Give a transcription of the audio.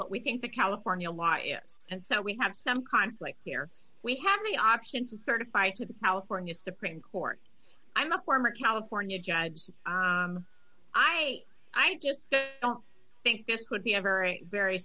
what we think the california law is and so we have some conflict here we have the option to certify for the california supreme court i'm a former california judge that i i just don't think this could be a very very